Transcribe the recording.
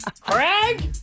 Craig